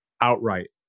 outright